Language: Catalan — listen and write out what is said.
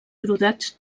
brodats